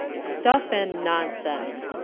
stuff and nonsense!